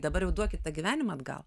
dabar jau duokit tą gyvenimą atgal